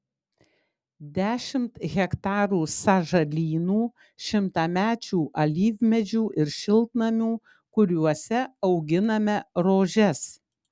dešimt hektarų sąžalynų šimtamečių alyvmedžių ir šiltnamių kuriuose auginame rožes